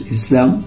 Islam